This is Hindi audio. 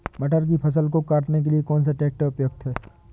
मटर की फसल को काटने के लिए कौन सा ट्रैक्टर उपयुक्त है?